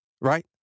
Right